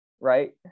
right